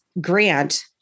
Grant